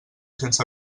sense